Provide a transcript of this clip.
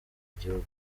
igihugu